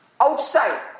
outside